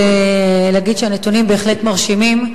להגיד שהנתונים בהחלט מרשימים,